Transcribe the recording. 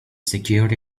secured